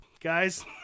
guys